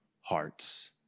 hearts